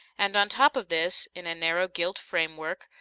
and on top of this, in a narrow gilt framework,